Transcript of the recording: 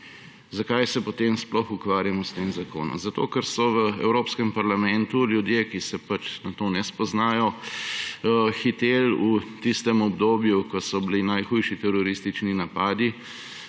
Zakaj se potem sploh ukvarjamo s tem zakonom? Zato ker so v Evropskem parlamentu ljudje, ki se na to ne spoznajo, hiteli v tistem obdobju, ko so bili najhujši teroristični napadi